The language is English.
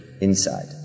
inside